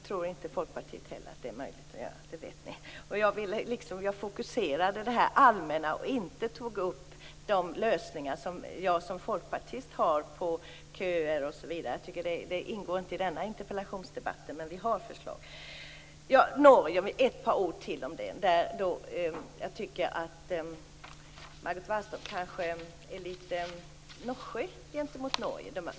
Fru talman! Folkpartiet tror inte heller att det är möjligt att göra - det vet ni. Jag fokuserade det allmänna och tog inte upp de lösningar som jag som folkpartist har på problem med köer osv. - det ingår inte i denna interpellationsdebatt. Men vi har alltså förslag. Jag vill säga ett par ord till om Norge. Jag tycker att Margot Wallström är litet nonchalant gentemot Norge.